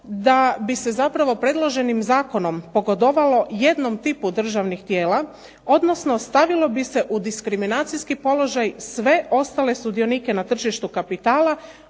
da bi se zapravo predloženim zakonom pogodovalo jednom tipu državnih tijela, odnosno stavilo bi se u diskriminacijski položaj sve ostale sudionike na tržištu kapitala,